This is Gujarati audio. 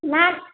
ના